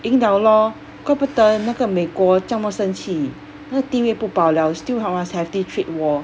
赢 liao lor 怪不得那个美国这么生气那个地位不保了 still must have this trade war